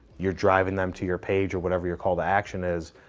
you're driving them to your page or whatever your, call-to-action is,